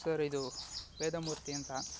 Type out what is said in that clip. sir ಇದು ವೇದಮೂರ್ತಿ ಅಂತ